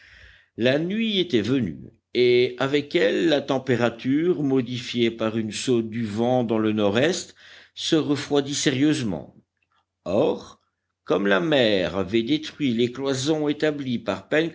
la nuit était venue et avec elle la température modifiée par une saute du vent dans le nord-est se refroidit sérieusement or comme la mer avait détruit les cloisons établies par